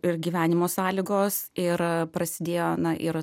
ir gyvenimo sąlygos ir prasidėjo na ir